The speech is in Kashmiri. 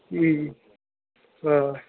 آ